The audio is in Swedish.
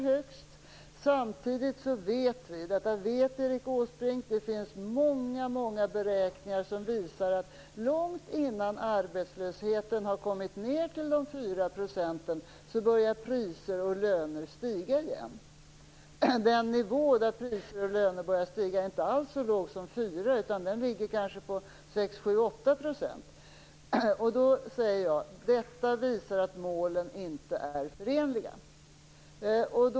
Samtidigt visar många beräkningar - detta vet Erik Åsbrink - att priser och löner börjar stiga igen långt innan arbetslösheten har kommit ned till de fyra procenten. Den nivå där priser och löner börjar stiga är inte alls så låg som 4 %, utan den ligger på 6-8 %. Detta visar att målen inte är förenliga.